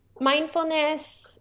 Mindfulness